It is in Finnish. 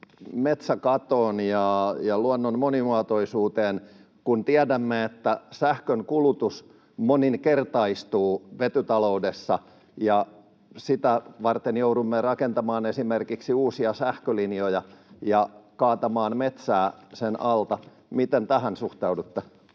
metsäkatoon ja luonnon monimuotoisuuteen, kun tiedämme, että sähkönkulutus moninkertaistuu vetytaloudessa ja sitä varten joudumme rakentamaan esimerkiksi uusia sähkölinjoja ja kaatamaan metsää sen alta. Miten tähän suhtaudutte?